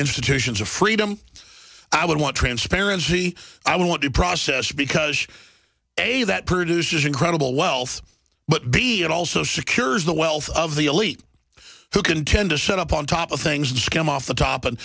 institutions of freedom i would want transparency i would want the process because a that produces incredible wealth but be it also secures the wealth of the elite who can tend to set up on top of things and skim off the top and